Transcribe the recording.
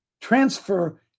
transfer